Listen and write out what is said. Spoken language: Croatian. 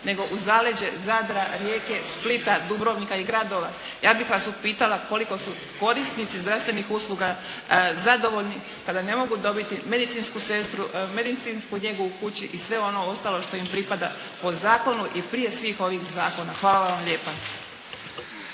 nego u zaleđe Zadra, Rijeke, Splita, Dubrovnika i gradova ja bih vas upitala koliko su korisnici zdravstvenih usluga zadovoljni kada ne mogu dobiti medicinsku sestru, medicinsku njegu u kući i sve ono što im pripada po zakonu i prije svih ovih zakona. Hvala vam lijepo.